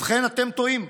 ובכן, אתם טועים,